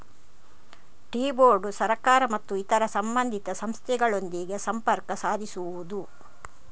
tea board ಸರ್ಕಾರ ಮತ್ತು ಇತರ ಸಂಬಂಧಿತ ಸಂಸ್ಥೆಗಳೊಂದಿಗೆ ಸಂಪರ್ಕ ಸಾಧಿಸುವುದು